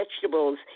vegetables